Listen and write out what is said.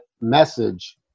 message